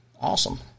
awesome